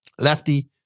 Lefty